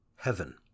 heaven